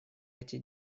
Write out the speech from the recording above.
эти